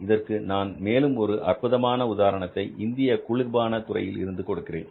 இதற்கு நான் மேலும் ஒரு அற்புதமான உதாரணத்தைஇந்திய குளிர்பான துறையில் இருந்து கொடுக்கிறேன்